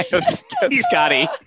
Scotty